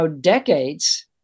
decades